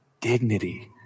dignity